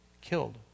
killed